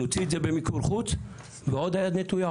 נוציא את זה במיקור חוץ ועוד היד נטויה.